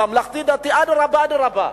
ממלכתי-דתי, אדרבה ואדרבה.